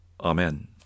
Amen